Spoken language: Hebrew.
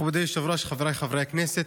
מכובדי היושב-ראש, חבריי חברי הכנסת,